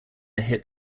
hit